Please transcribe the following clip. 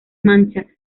mancha